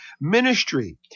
ministry